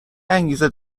انگیزه